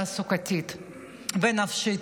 התעסוקתית והנפשית.